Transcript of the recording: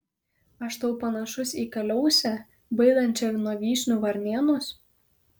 aš tau panašus į kaliausę baidančią nuo vyšnių varnėnus